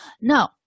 No